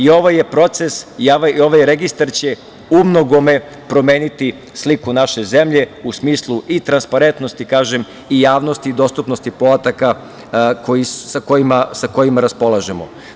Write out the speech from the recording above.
Ovaj registar će umnogome promeniti sliku naše zemlje u smislu transparentnosti, kažem, i javnost i dostupnosti podataka sa kojima raspolažemo.